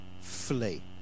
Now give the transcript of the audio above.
flee